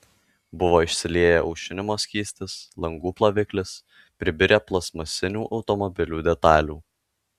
buvo išsilieję aušinimo skystis langų ploviklis pribirę plastmasinių automobilių detalių